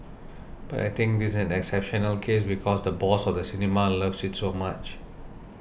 but I think this is an exceptional case because the boss of the cinema loves it so much